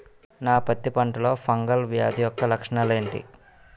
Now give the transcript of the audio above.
నా పత్తి పంటలో ఫంగల్ వ్యాధి యెక్క లక్షణాలు ఏంటి?